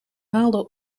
haalde